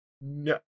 no